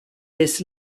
this